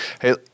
Hey